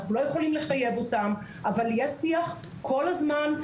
אנחנו לא יכולים לחייב אותם, אבל יש שיח כל הזמן.